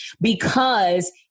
because-